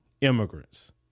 immigrants